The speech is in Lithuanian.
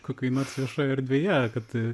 kokioj nors viešoje erdvėje kad